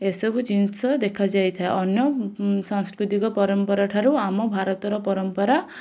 ଏସବୁ ଜିନିଷ ଦେଖାଯାଇଥାଏ ଅନ୍ୟ ସଂସ୍କୃତିକ ପରମ୍ପରା ଠାରୁ ଆମ ଭାରତ ର ପରମ୍ପରା